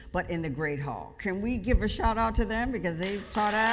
but in the great hall. can we give a shout out to them, because they